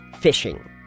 fishing